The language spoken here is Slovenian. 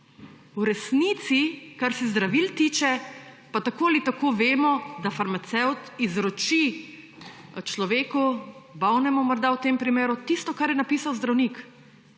V resnici, kar se zdravil tiče, pa tako ali tako vemo, da farmacevt izroči človeku, morda bolnemu v tem primeru, tisto, kar je napisal zdravnik,